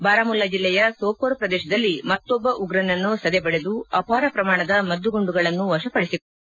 ಬಾರಾಮುಲ್ಲಾ ಜೆಲ್ಲೆಯ ಸೋಪೋರ್ ಪ್ರದೇಶದಲ್ಲಿ ಮತ್ತೊಬ್ಬ ಉಗ್ರನನ್ನು ಸದೆಬಡೆದು ಅಪಾರ ಪ್ರಮಾಣದ ಮದ್ದುಗುಂಡುಗಳನ್ನು ವಶಪಡಿಸಿಕೊಳ್ಳಲಾಗಿದೆ